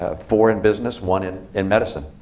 ah four in business, one in in medicine.